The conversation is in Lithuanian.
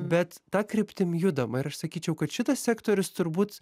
bet ta kryptim judama ir aš sakyčiau kad šitas sektorius turbūt